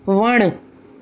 वणु